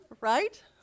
right